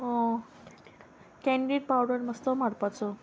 candid powder मात्सो मारपाचो